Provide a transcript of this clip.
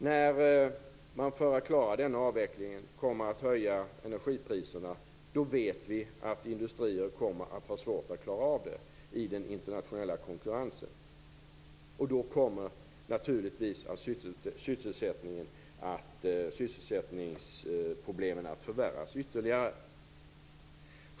När man för att klara den avvecklingen kommer att höja energipriserna, då vet vi att industrier kommer att ha svårt att klara sig i den internationella konkurrensen. Då kommer sysselsättningsproblemen naturligtvis att förvärras ytterligare.